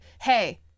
hey